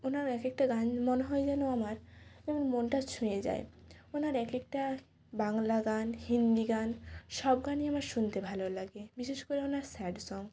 ওনার এক একটা গান মনে হয় যেন আমার কেমন মনটা ছুঁয়ে যায় ওনার এক একটা বাংলা গান হিন্দি গান সব গানই আমার শুনতে ভালো লাগে বিশেষ করে ওনার স্যাড সং